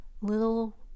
little